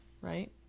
Right